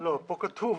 לא, פה כתוב